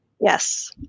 Yes